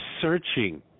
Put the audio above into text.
searching